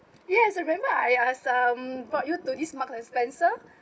yes remember I ask um brought you to this Marks & Spencer